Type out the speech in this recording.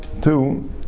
two